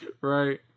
Right